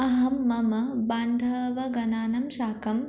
अहं मम बान्धवगणानां साकम्